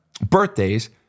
birthdays